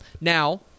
Now